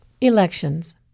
Elections